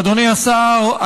אדוני השר,